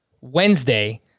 Wednesday